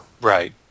right